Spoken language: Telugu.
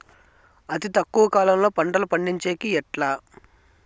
అతి తక్కువ కాలంలో పంటలు పండించేకి ఎట్లా?